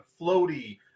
floaty